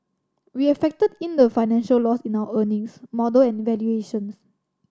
we have factored in the financial loss in our earnings model and valuations